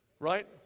Right